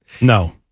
No